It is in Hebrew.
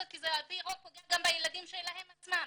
כי זה על פי רוב פוגע גם בילדים שלהם עצמם,